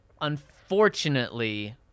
unfortunately